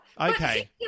Okay